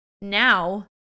now